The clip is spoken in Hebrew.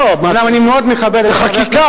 זו חקיקה,